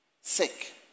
sick